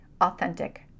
authentic